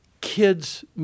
kids